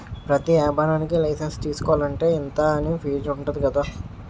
ప్రతి ఏపారానికీ లైసెన్సు తీసుకోలంటే, ఇంతా అని ఫీజుంటది కదా